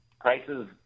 prices